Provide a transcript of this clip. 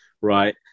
right